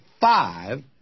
five